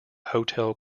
hotel